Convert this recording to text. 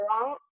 wrong